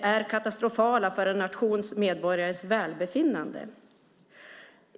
är katastrofala för en nations medborgares välbefinnande.